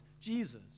Jesus